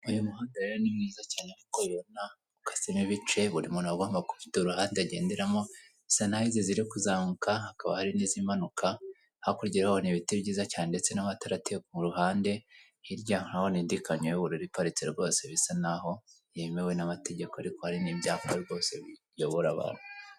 Uyu muhanda rero ni mwiza cyane nk' uko mubibona . Ukasemo ibice buri wese afite uruhande agomba kugenderamo. Hari impande zizamuka n'izimanuka ,hakurya ya ho ni ibiti byiza cyane n'amatara ateye ku ruhande. Hirya na ho hari indi kamyo y'uburu iparitse rwose bisa nk'aho byemewe n'amategeko. Ariko hari n'ibyapa rwose biyobora abantu.